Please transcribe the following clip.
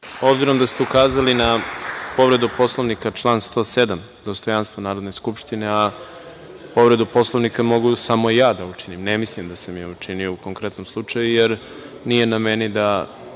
Arsiću. Obzirom da ste ukazali na povredu Poslovnika član 107. dostojanstvo Narodne skupštine, a povredu Poslovnika mogu samo ja da učinim, ne mislim da sam je učinio u konkretnom slučaju, jer nije na meni da